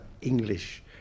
English